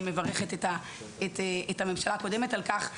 אני מברכת את הממשלה הקודמת על כך,